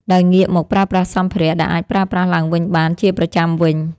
ដោយងាកមកប្រើប្រាស់សម្ភារៈដែលអាចប្រើប្រាស់ឡើងវិញបានជាប្រចាំវិញ។